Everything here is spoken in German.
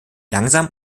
langsam